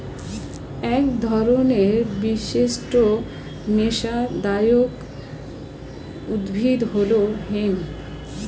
এক ধরনের বিশিষ্ট নেশাদায়ক উদ্ভিদ হল হেম্প